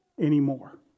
anymore